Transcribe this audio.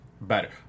better